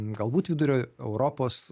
galbūt vidurio europos